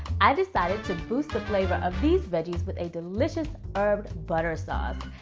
i decided to boost the flavor of these veggies with a delicious herbed butter sauce.